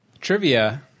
Trivia